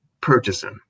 purchasing